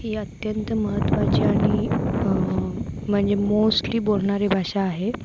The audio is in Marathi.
ही अत्यंत महत्त्वाची आणि म्हणजे मोस्टली बोलणारी भाषा आहे